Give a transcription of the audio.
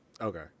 Okay